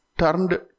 turned